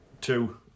Two